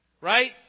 right